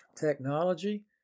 technology